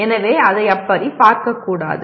எனவே அதை அப்படி பார்க்கக்கூடாது